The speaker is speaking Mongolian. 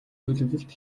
төлөвлөлт